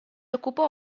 occupò